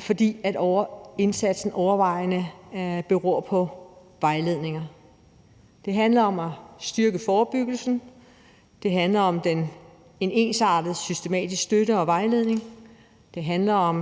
fordi indsatsen overvejende beror på vejledninger. Det handler om at styrke forebyggelsen; det handler om en ensartet og systematisk støtte og vejledning; det handler om